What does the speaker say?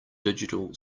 digital